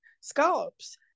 scallops